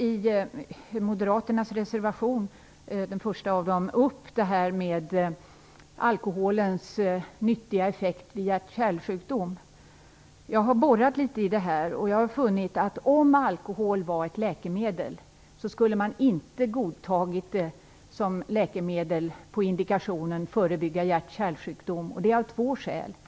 I reservation 1 från Moderaterna tas frågan om alkoholens nyttiga effekt vid hjärt och kärlsjukdom upp. Jag har undersökt detta och har funnit, att om alkohol var ett läkemedel skulle man inte ha godtagit det som läkemedel på indikationen att det skulle förebygga hjärt och kärlsjukdom. Det finns två skäl till detta.